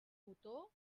otó